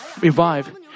revive